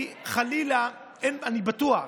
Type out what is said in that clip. חלילה, אני בטוח,